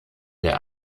der